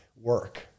work